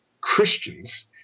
Christians